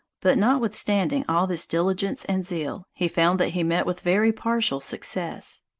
but, notwithstanding all this diligence and zeal, he found that he met with very partial success.